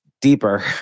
deeper